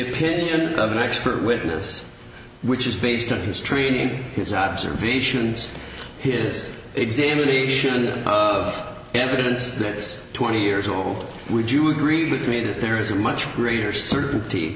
opinion of an expert witness which is based on his training his observations his examination of evidence gets twenty years old would you agree with me that there is a much greater certainty